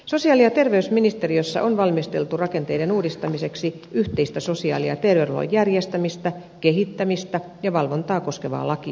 sosiaali ja terveysministeriössä on valmisteltu rakenteiden uudistamiseksi yhteistä sosiaali ja terveydenhuollon järjestämistä kehittämistä ja valvontaa koskevaa lakia